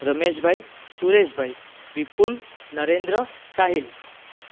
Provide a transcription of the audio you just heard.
Rameshbhai Sureshbhai Vipul Narendra Sahil